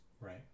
right